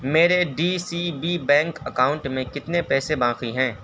میرے D C B bank account میں کتنے پیسے باقی ہیں